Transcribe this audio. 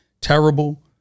terrible